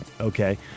okay